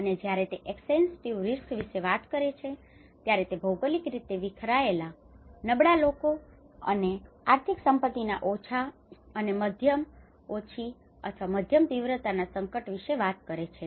અને જયારે તે એક્સટેન્સિવ રિસ્ક વિશે વાત કરે છે ત્યારે તે ભૌગોલિક રીતે વિખેરાયેલા નબળા લોકો અને આર્થિક સંપત્તિના ઓછા અને મધ્યમ ઓછી અથવા મધ્યમ તીવ્રતાના સંકટ વિશે વાત કરે છે